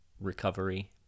recovery